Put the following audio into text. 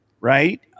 right